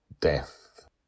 Death